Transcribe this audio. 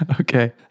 Okay